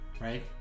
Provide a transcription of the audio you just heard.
right